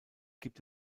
gibt